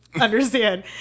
understand